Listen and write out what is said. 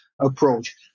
approach